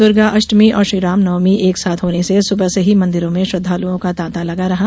द्र्गाष्टमी और श्री राम नवमी एक साथ होने से सुबह से ही मंदिरों में श्रद्वालुओं का तांता लगा रहा